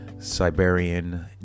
Siberian